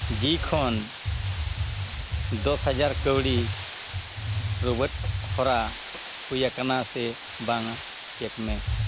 ᱡᱤ ᱠᱷᱚᱱ ᱫᱚᱥ ᱦᱟᱡᱟᱨ ᱠᱟᱹᱣᱰᱤ ᱨᱩᱣᱟᱹᱲ ᱦᱚᱨᱟ ᱦᱩᱭ ᱟᱠᱟᱱᱟ ᱥᱮ ᱵᱟᱝ ᱪᱮᱠ ᱢᱮ